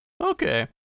Okay